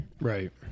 Right